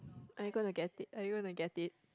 I'm gonna get it are you gonna get it